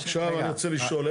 עכשיו אני רוצה לשאול,